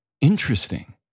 interesting